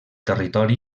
territori